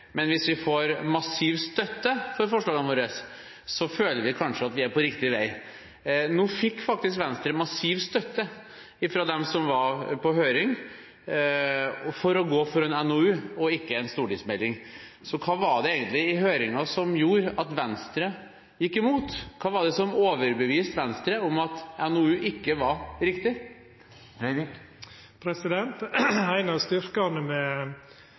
men hvis vi får massiv støtte for forslagene våre, føler vi kanskje at vi er på riktig vei. Nå fikk faktisk Venstre massiv støtte fra dem som var på høring, for å gå for en NOU og ikke en stortingsmelding. Hva var det egentlig i høringen som gjorde at Venstre gikk imot? Hva var det som overbeviste Venstre om at en NOU ikke var riktig? Ein av styrkane med